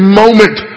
moment